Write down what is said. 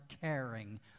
caring